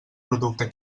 producte